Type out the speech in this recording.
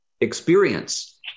experience